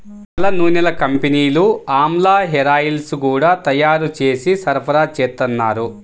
తలనూనెల కంపెనీలు ఆమ్లా హేరాయిల్స్ గూడా తయ్యారు జేసి సరఫరాచేత్తన్నారు